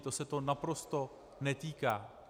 Toho se to naprosto netýká.